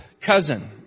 cousin